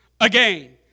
again